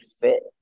fit